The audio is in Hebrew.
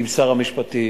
עם שר המשפטים,